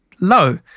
low